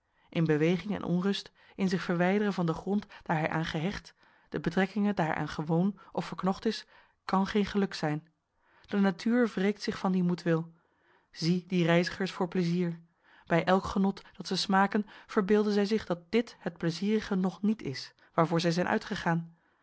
in beweging en onrust in zich verwijderen van den grond daar hij aangehecht de betrekkingen daar hij aan gewoon of verknocht is kan geen geluk zijn de natuur wreekt zich van dien moedwil zie die reizigers voor pleizier bij elk genot dat ze smaken verbeelden zij zich dat dit het pleizierige nog niet is waarvoor zij zijn uitgegaan